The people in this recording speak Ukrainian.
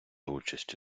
участь